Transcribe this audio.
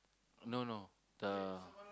no no the